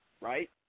right